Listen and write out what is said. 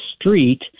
street